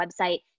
website